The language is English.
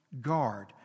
guard